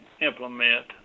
implement